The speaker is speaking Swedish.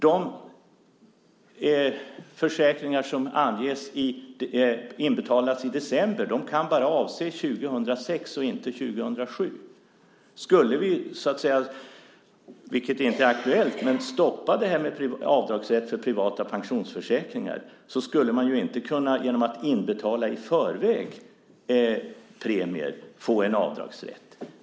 De försäkringar som inbetalas i december kan bara avse 2006 och inte 2007. Skulle vi - vilket inte är aktuellt - stoppa avdragsrätten för privata pensionsförsäkringar skulle det inte vara möjligt att genom att inbetala premier i förväg få en avdragsrätt.